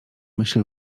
myśl